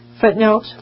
footnote